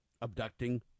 Abducting